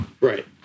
Right